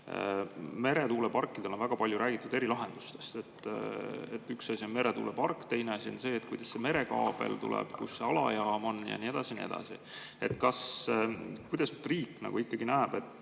Meretuuleparkide puhul on väga palju räägitud erilahendustest. Üks asi on meretuulepark, teine asi on see, kuidas see merekaabel tuleb, kus on alajaam ja nii edasi ja nii edasi. Kuidas riik seda näeb,